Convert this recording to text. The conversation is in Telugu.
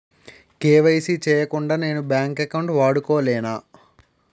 కే.వై.సీ చేయకుండా నేను బ్యాంక్ అకౌంట్ వాడుకొలేన?